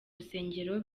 rusengero